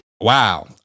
Wow